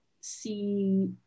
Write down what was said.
see